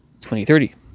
2030